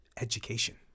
Education